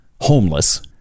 homeless